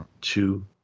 two